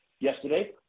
yesterday